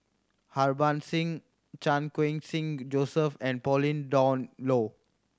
Harbans Singh Chan Khun Sing Joseph and Pauline Dawn Loh